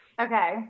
Okay